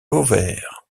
vauvert